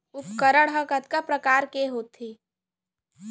उपकरण हा कतका प्रकार के होथे?